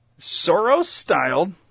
Soros-styled